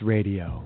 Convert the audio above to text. Radio